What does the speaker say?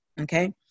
okay